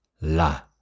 La